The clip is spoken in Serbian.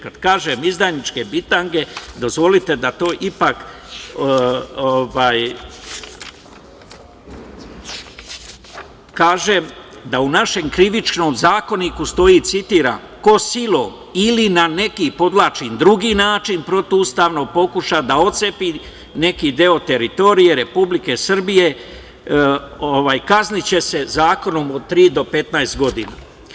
Kad kažem – izdajničke bitange, dozvolite da to ipak kažem da u našem Krivičnom zakoniku stoji: „Ko silom ili na neki drugi način protivustavno pokuša da otcepi neki deo teritorije Republike Srbije, kazniće se zakonom od tri do 15 godina“